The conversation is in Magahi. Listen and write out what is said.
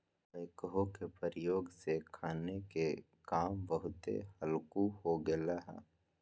बैकहो के प्रयोग से खन्ने के काम बहुते हल्लुक हो गेलइ ह